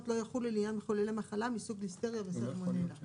לא יחולו לעניין מחוללי מחלה מסוג ליסטריה וסלמונלה.